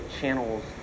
channels